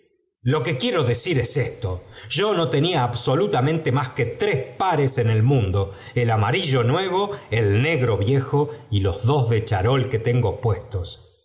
lo que quiero decir es esto yo no tenía absolutamente más que tres pares en el mundo el amarillo nuevo el negro viejo y los dos de charol que tengo puestos